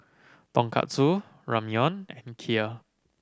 Tonkatsu Ramyeon and Kheer